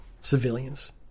civilians